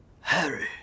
Harry